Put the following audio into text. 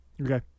Okay